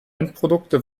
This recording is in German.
endprodukte